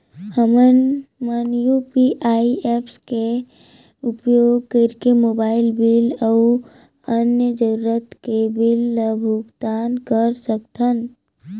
हमन मन UPI apps के उपयोग करिके मोबाइल बिल अऊ अन्य जरूरत के बिल ल भुगतान कर सकथन